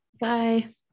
Bye